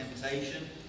temptation